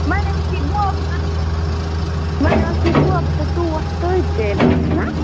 وۄنۍ آسی بوبہٕ تہٕ وۄنۍ آسی بوبہٕ تہٕ ٹوٹھ تٔتۍ تیٚلہِ آسہِ نا